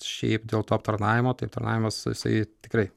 šiaip dėl to aptarnavimo tai aptarnavimas jisai tikrai